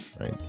right